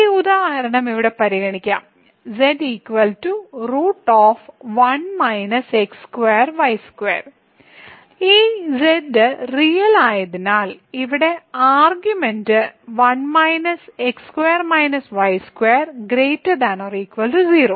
ഈ ഉദാഹരണം ഇവിടെ പരിഗണിക്കാം ഈ z റിയൽ ആയതിനാൽ ഇവിടെ ആർഗ്യുമെന്റ് 1 - x2 - y2 ≥ 0